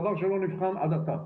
דבר שלא נבחן עד עתה.